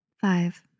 Five